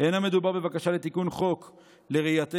אין המדובר בבקשה לתיקון חוק לראייתנו,